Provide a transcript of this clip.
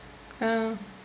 ah